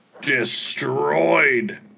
destroyed